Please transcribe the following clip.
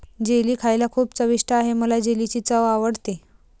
jelly खायला खूप चविष्ट आहे मला जेलीची चव आवडते